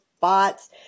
bots